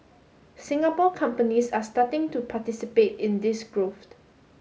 Singapore companies are starting to participate in this growth